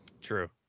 True